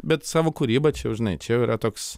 bet savo kūryba čia jau žinai čia jau yra toks